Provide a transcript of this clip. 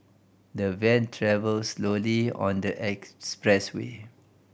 the van travelled slowly on the expressway